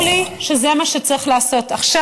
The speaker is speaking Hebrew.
וברור לי שזה מה שצריך לעשות עכשיו,